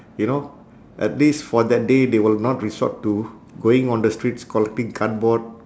you know at least for that day they will not resort to going on the streets collecting cardboard